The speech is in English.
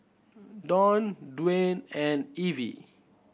Don Dwane and Evie